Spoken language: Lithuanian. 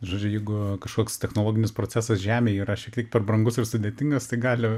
žodžiu jeigu kažkoks technologinis procesas žemėj yra šiek tiek per brangus ir sudėtingas tai gali